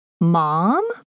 Mom